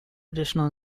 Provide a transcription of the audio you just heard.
additional